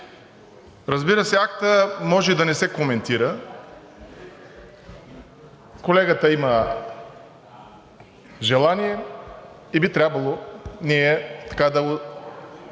Разбира се, актът може и да не се коментира. Колегата има желание и би трябвало ние да